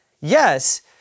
Yes